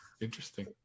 Interesting